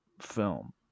film